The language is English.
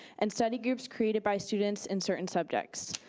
and study groups created by students in certain subjects.